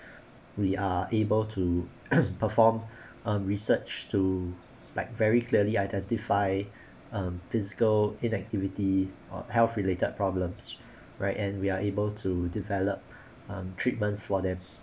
we are able to perform a research to like very clearly identify um physical inactivity or health related problems right and we are able to develop um treatments for them